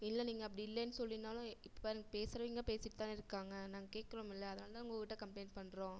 இல்லை நீங்கள் அப்படி இல்லேன் சொல்லியிருந்தாலும் இப்போ பாருங் பேசுறவங்க பேசிகிட்டு தான் இருக்காங்க நாங்க கேட்கறோமுல்ல அதனால் தான் உங்கக்கிட்ட கம்ப்ளைண்ட் பண்ணுறோம்